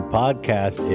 podcast